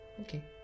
Okay